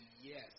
yes